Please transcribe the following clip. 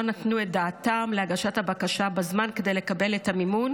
נתנו את דעתם להגשת הבקשה בזמן כדי לקבל את המימון